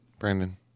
Brandon